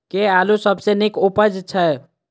केँ आलु सबसँ नीक उबजय छै?